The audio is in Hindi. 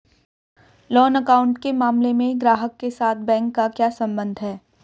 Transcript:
लोन अकाउंट के मामले में ग्राहक के साथ बैंक का क्या संबंध है?